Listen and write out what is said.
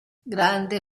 grande